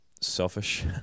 selfish